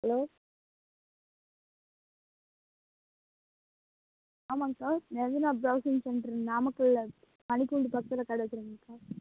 hello ஆமாம்ங்க்கா Regina browsing centre நாமக்கலில் மணிக்கூண்டு பக்கத்தில் கடை வச்சுருக்கேங்க்கா